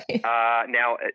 now